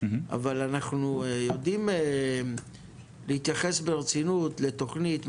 אבל אנחנו יודעים להתייחס ברצינות לתוכנית.